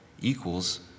equals